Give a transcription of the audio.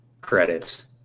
credits